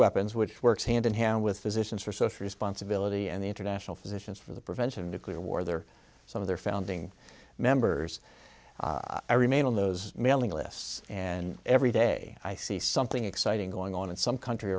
weapons which works hand in hand with physicians for social responsibility and the international physicians for the prevention of nuclear war there some of their founding members i remain on those mailing lists and every day i see something exciting going on in some country